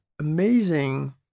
amazing